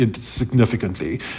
significantly